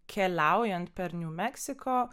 keliaujant per nju meksiko